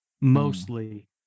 mostly